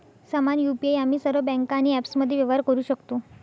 समान यु.पी.आई आम्ही सर्व बँका आणि ॲप्समध्ये व्यवहार करू शकतो